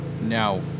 Now